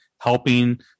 helping